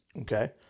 Okay